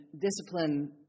discipline